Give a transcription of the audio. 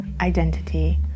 Identity